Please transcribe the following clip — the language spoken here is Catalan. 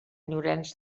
llorenç